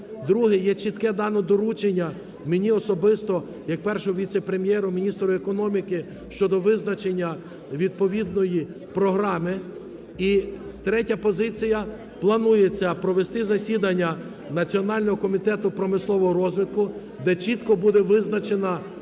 Друге. Є чітке дане доручення мені особисто як Першому віце-прем'єру, міністру економіки щодо визначення відповідної програми. І третя позиція. Планується провести засідання Національного комітету промислового розвитку, де чітко буде визначена